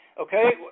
Okay